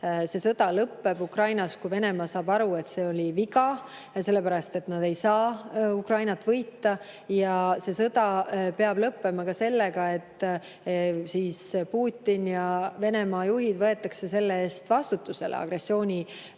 See sõda lõpeb Ukrainas, kui Venemaa saab aru, et see oli viga, sellepärast et nad ei saa Ukrainat võita. See sõda peab lõppema ka sellega, et Putin ja [teised] Venemaa juhid võetakse selle eest vastutusele, võetakse